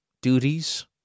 duties